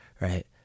right